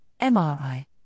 MRI